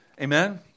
Amen